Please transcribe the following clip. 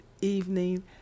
evening